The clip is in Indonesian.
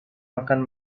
makan